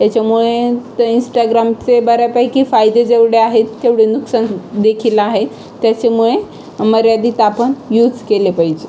त्याच्यामुळे ते इन्स्टाग्रामचे बऱ्यापैकी फायदे जेवढे आहेत तेवढे नुकसान देखील आहे त्याच्यामुळे मर्यादित आपण यूज केले पाहिजे